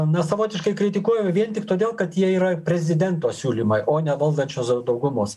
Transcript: na savotiškai kritikuoja vien tik todėl kad jie yra prezidento siūlymai o ne valdančiosios daugumos